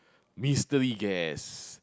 mystery guest